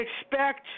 expect